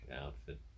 outfit